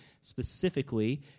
specifically